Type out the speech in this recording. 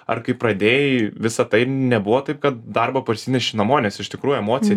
ar kai pradėjai visa tai nebuvo taip kad darbo parsineši namo nes iš tikrų emocijų